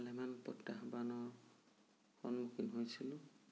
ভালেমান প্ৰত্যাহ্বানৰ সন্মুখীন হৈছিলোঁ